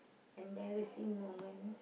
embarrassing moment